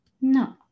No